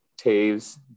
Taves